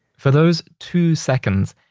for those two seconds,